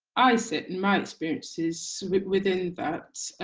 i sit in my experiences within that.